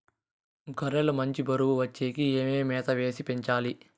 గొర్రె లు మంచి బరువు వచ్చేకి ఏమేమి మేత వేసి పెంచాలి?